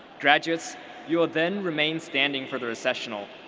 graduates you will then remain standing for the recessional.